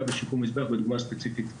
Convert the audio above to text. בשיקום המזבח בדוגמה הספציפית הזאת.